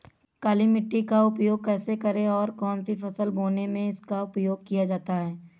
काली मिट्टी का उपयोग कैसे करें और कौन सी फसल बोने में इसका उपयोग किया जाता है?